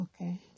Okay